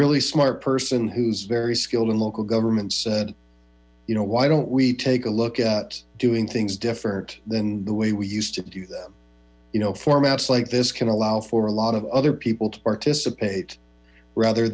really smart person who's very skilled and local governments said you know why don't we take a look at doing things different than the way we used to do them formats like this can allow for a lot of other people to participate rather